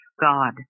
God